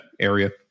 area